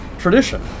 tradition